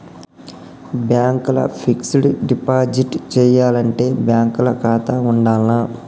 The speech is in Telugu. బ్యాంక్ ల ఫిక్స్ డ్ డిపాజిట్ చేయాలంటే బ్యాంక్ ల ఖాతా ఉండాల్నా?